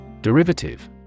Derivative